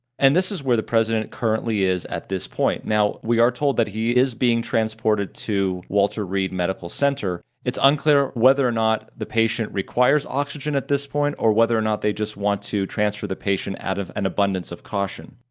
and this is where the president currently is at this point now. we are told that he is being transported to walter reed medical center. it's unclear whether or not the patient requires oxygen at this point or whether or not they just want to transfer the patient out of an abundance of caution.